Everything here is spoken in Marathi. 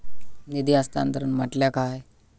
निधी हस्तांतरण म्हटल्या काय?